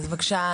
בבקשה,